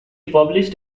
published